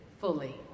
fully